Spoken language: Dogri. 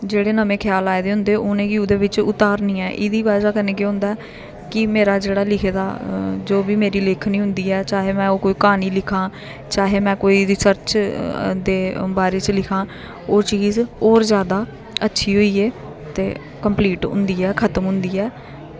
जेह्ड़े नमें ख्याल आए दे होंदे उ'नें गी ओह्दे बिच उतारनी ऐ एह्दी बजह् कन्नै केह् होंदा ऐ कि मेरा जेह्ड़ा लिखे दा जो बी मेरी लेखनी होंदी ऐ चाहे ओह् में कोई क्हानी लिखां चाहे में कोई रिसर्च दे बारे च लिखां ओह् चीज़ होर जादा अच्छी होइयै ते कंप्लीट होंदी ऐ खत्म होंदी ऐ